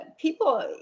people